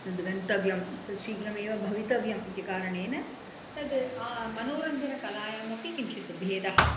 तद् गन्तव्यं शीघ्रमेव भवितव्यम् इति कारणेन तद् मनोरञ्जनकलायाम् अपि किञ्चित् भेदाः